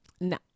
No